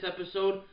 episode